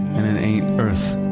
and it ain't earth,